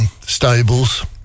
Stables